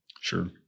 Sure